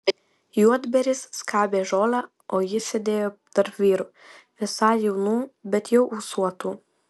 juodbėris skabė žolę o jis sėdėjo tarp vyrų visai jaunų bet jau ūsuotų